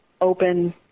open